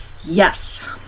Yes